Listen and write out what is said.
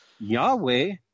Yahweh